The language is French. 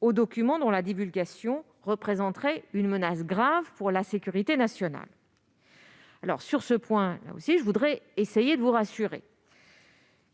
aux documents dont la divulgation représenterait une menace grave pour la sécurité nationale. Sur ce point aussi, je vais m'efforcer de vous assurer.